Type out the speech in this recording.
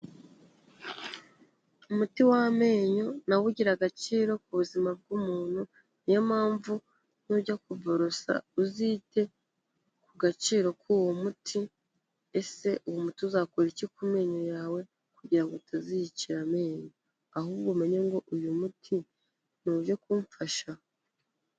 Umuti w'amenyo nawo ugira agaciro ku buzima bw'umuntu. Ni yo mpamvu nujya kuborosa uzite ku gaciro k'uwo muti. Ese uwo umuti uzakora iki ku menyo yawe kugira ngo utaziyicira amenyom ? Ahubwo umenye ngo uyu muti ni uje kumfasha?